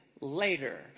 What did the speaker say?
Later